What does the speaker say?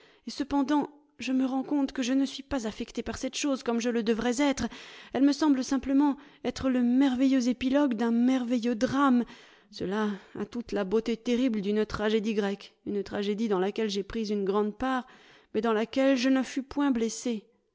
et cependant je me rends compte que je ne suis pas affecté par cette chose comme je le devrais être elle me semble simplement être le merveilleux épilogue d'un merveilleux drame cela a toute la beauté terrible d'une tragédie grecque une tragédie dans laquelle j'ai pris une grande part mais dans laquelle je ne fus point blessé